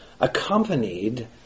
accompanied